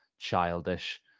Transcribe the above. childish